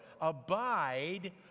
abide